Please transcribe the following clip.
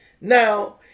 Now